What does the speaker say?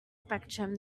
spectrum